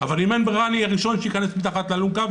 אבל אם אין ברירה אני הראשון שאכנס מתחת לאלונקה,